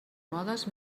modes